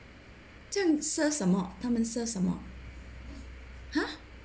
这样 serve 什么他们 serve 什么 !huh!